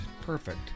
Perfect